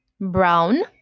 brown